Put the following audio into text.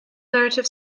narrative